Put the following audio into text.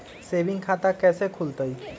Saving खाता कैसे खुलतई?